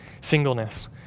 singleness